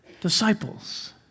disciples